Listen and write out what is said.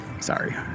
Sorry